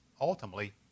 ultimately